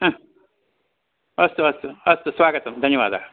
हा अस्तु अस्तु अस्तु स्वागतं धन्यवादः